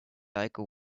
like